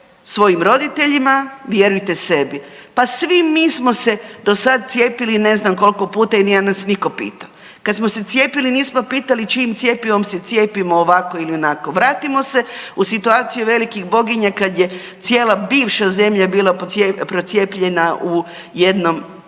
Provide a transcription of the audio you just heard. svojim roditeljima, vjerujte sebi. Pa svi mi smo se do sada cijepili i ne znam koliko puta i nije nas nitko pitao. Kad smo se cijepili nismo pitali čijim cjepivom se cijepimo ovako ili onako. Vratimo se u situaciju velikih boginja kad je cijela bivša zemlja bila procijepljena u jednom dahu,